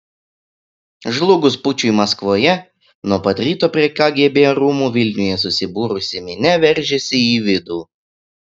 žlugus pučui maskvoje nuo pat ryto prie kgb rūmų vilniuje susibūrusi minia veržėsi į vidų